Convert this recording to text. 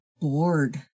bored